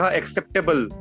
acceptable